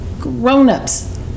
grown-ups